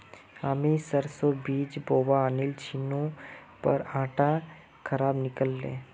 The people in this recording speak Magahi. हामी सरसोर बीज बोवा आनिल छिनु पर उटा खराब निकल ले